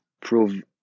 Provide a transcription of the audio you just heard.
prove